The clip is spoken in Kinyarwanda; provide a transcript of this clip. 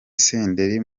senderi